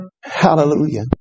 Hallelujah